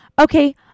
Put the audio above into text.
Okay